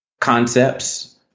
concepts